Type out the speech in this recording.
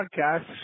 podcast